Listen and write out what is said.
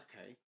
Okay